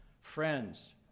friends